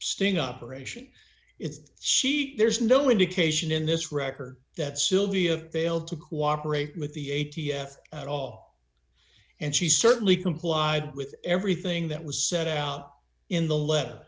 sting operation she there's no indication in this record that sylvia failed to cooperate with the a t f at all and she certainly complied with everything that was set out in the letter